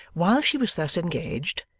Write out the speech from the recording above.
while she was thus engaged,